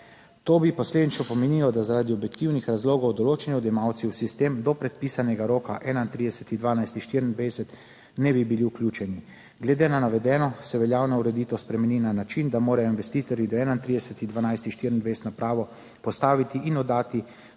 To bi posledično pomenilo, da zaradi objektivnih razlogov določeni odjemalci v sistem do predpisanega roka 31. 12. 2024 ne bi bili vključeni glede na navedeno se veljavna ureditev spremeni na način, da morajo investitorji do 31. 12. 2024 napravo postaviti in oddati